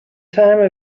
time